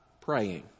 praying